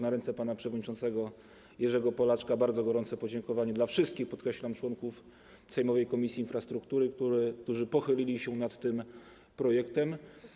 Na ręce pana przewodniczącego Jerzego Polaczka składam bardzo gorące podziękowanie dla wszystkich - podkreślam - członków sejmowej Komisji Infrastruktury, którzy pochylili się nad projektem.